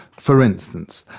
for instance,